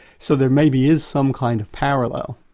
so there maybe is some kind of parallel,